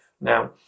Now